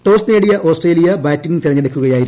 toss നേടിയ Australia batting തിരഞ്ഞെടുക്കുകയായിരുന്നു